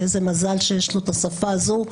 ואיזה מזל שיש לו את השפה הזו,